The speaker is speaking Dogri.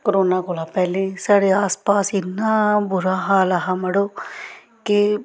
कोरोना कोला पैह्लें साढ़े आस पास इन्ना बुरा हाल हा मड़ो के